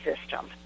system